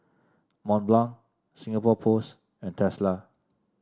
Mont Blanc Singapore Post and Tesla